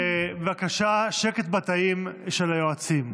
בבקשה שקט בתאים של היועצים.